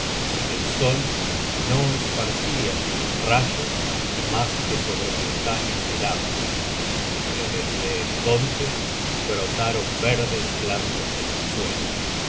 el sol no esparcia sus rayos mas que sobre montañas heladas pero desde entonces brotaron verdes plantas en el suelo